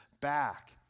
back